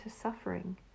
suffering